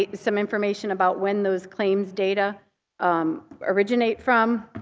ah some information about when those claims data um originate from,